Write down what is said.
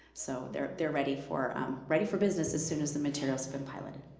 so they're they're ready for ready for business as soon as the materials have been piloted.